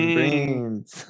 Brains